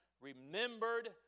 remembered